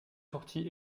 sorties